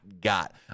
got